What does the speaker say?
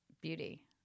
beauty